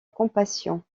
compassion